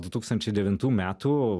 du tūkstančiai devintų metų